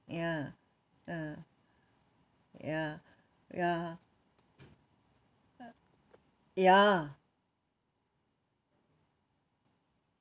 ya ah ya ya ya